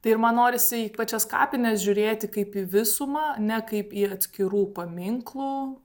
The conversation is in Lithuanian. tai ir man norisi į pačias kapines žiūrėti kaip į visumą ne kaip į atskirų paminklų